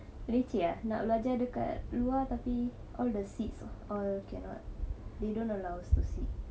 leceh ah nak belajar dekat luar tapi all the seats all cannot they don't allow us to sit